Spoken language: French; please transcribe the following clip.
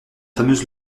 fameuse